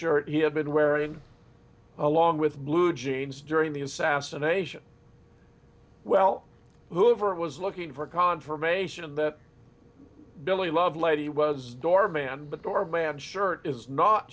shirt he had been wearing along with blue jeans during the assassination well hoover was looking for confirmation that billy lovelady was doorman